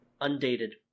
Undated